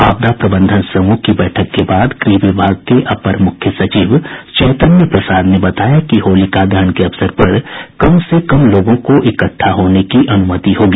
आपदा प्रबंधन समूह की बैठक के बाद गृह विभाग के अपर मुख्य सचिव चैतन्य प्रसाद ने बताया कि होलिका दहन के अवसर पर कम से कम लोगों को इकट्ठा होने की अनुमति होगी